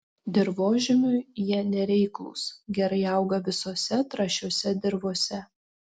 dirvožemiui jie nereiklūs gerai auga visose trąšiose dirvose